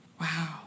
wow